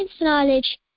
knowledge